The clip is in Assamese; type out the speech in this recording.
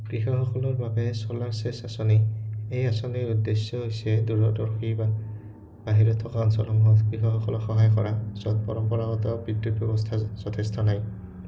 কৃষকসকলৰ বাবে চ'লাৰ শেচ আঁচনি এই আঁচনিৰ উদ্দেশ্য হৈছে দূৰদৰ্শী বা বাহিৰত থকা অঞ্চলসমূহত কৃষকসকলক সহায় কৰা য'ত পৰম্পৰাগত বিদ্যুৎ ব্যৱস্থা যথেষ্ট নাই